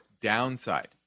downside